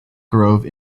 grove